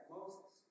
Moses